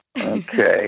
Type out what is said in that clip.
okay